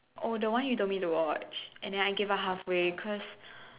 oh the one is the way to watch and then I gave up halfway cause